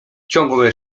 ciągłe